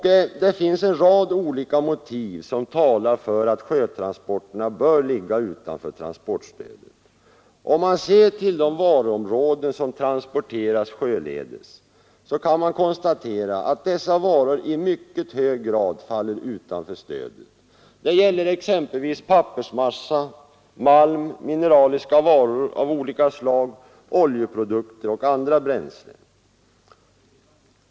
Det finns en rad olika motiv som talar för att sjötransporterna bör ligga utanför transportstödet. Om man ser till de varuslag som transporteras sjöledes kan det konstateras, att dessa varor i mycket hög grad faller utanför stödet. Det gäller exempelvis pappersmassa, malm, mineraliska varor av olika slag, oljeprodukter och andra bränslen.